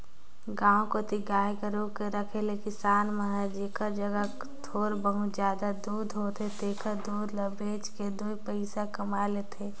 गांव कोती गाय गोरु के रखे ले किसान मन हर जेखर जघा थोर मोर जादा दूद होथे तेहर दूद ल बेच के दुइ पइसा कमाए लेथे